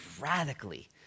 radically